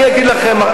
אני אגיד לכם,